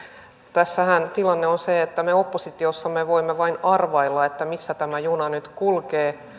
tässähän tilanne on se että me oppositiossa voimme vain arvailla missä tämä juna nyt kulkee